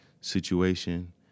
situation